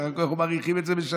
בסך הכול אנחנו מאריכים את זה בשנה.